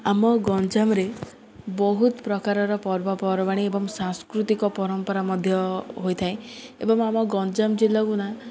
ଆମ ଗଞ୍ଜାମରେ ବହୁତ ପ୍ରକାରର ପର୍ବପର୍ବାଣି ଏବଂ ସାଂସ୍କୃତିକ ପରମ୍ପରା ମଧ୍ୟ ହୋଇଥାଏ ଏବଂ ଆମ ଗଞ୍ଜାମ ଜିଲ୍ଲାକୁ ନା